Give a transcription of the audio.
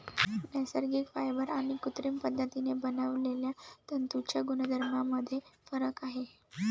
नैसर्गिक फायबर आणि कृत्रिम पद्धतीने बनवलेल्या तंतूंच्या गुणधर्मांमध्ये फरक आहे